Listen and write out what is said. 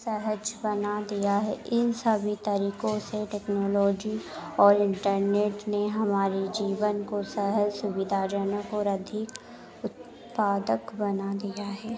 सहज बना दिया है इन सभी तरीकों से टेक्नोलॉजी और इंटरनेट ने हमारे जीवन को सहज सुविधाजनक और अधिक उत्पादक बना दिया है